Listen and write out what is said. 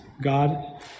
God